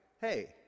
hey